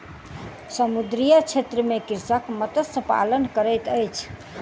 समुद्रीय क्षेत्र में कृषक मत्स्य पालन करैत अछि